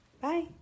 Bye